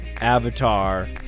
avatar